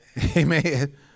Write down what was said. Amen